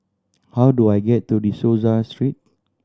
how do I get to De Souza Street